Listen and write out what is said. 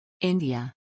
India